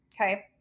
okay